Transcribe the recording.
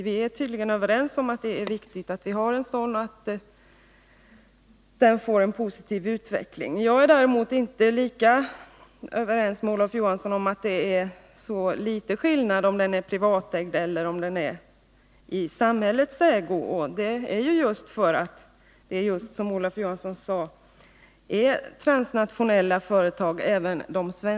Vi är tydligen överens om att det är viktigt att ha en sådan och att den får en positiv utveckling. Jag är däremot inte lika överens med Olof Johansson om att det inte är så stor skillnad om industrin är privatägd eller i samhällets ägo. Även de svenska företagen i den här branschen är transnationella, som Olof Johansson sade.